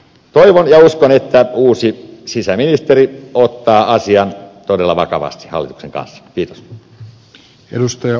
toivon ja uskon että uusi sisäministeri ottaa asian todella vakavasti hallituksen kanssa